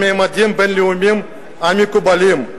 לממדים הבין-לאומיים המקובלים.